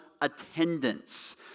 attendance